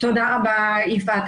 תודה רבה, יפעת.